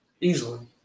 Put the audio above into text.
Easily